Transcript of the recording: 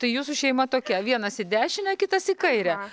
tai jūsų šeima tokia vienas į dešinę kitas į kairę